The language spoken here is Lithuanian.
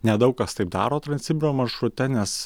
nedaug kas taip daro transsibiro maršrute nes